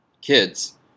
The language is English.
Kids